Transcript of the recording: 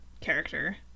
character